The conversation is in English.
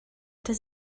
does